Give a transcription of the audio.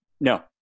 no